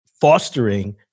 fostering